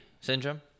syndrome